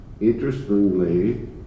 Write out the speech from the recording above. Interestingly